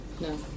No